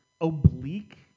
oblique